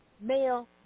male